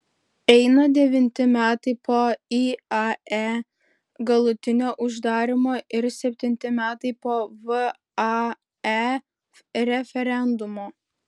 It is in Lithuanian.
eina devinti metai po iae galutinio uždarymo ir septinti metai po vae referendumo